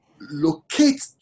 locate